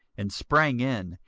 and sprang in,